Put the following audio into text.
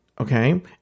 Okay